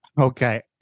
Okay